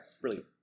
Brilliant